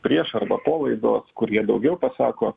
prieš arba po laidos kur jie daugiau pasako